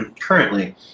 currently